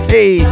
Hey